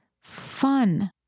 fun